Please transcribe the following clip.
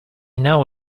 know